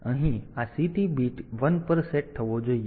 તેથી અહીં આ CT બીટ 1 પર સેટ થવો જોઈએ